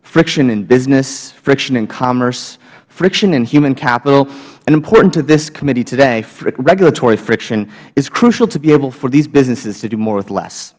friction in business friction in commerce friction in human capital and important to this economy committee today regulatory friction is crucial to be able for these businesses to do more with less